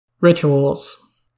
Rituals